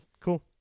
cool